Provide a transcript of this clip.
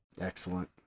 Excellent